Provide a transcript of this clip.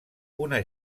una